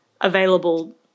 available